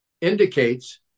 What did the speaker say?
indicates